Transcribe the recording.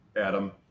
Adam